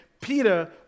Peter